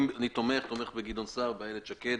אני תומך, תומך בגדעון סער, באיילת שקד.